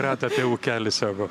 ratą apie ūkelį savo